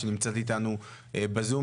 שנמצאת אתנו בזום,